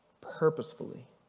purposefully